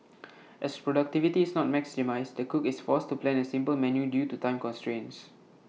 as productivity is not maximised the cook is forced to plan A simple menu due to time constraints